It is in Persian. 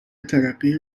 ترقی